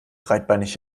breitbeinig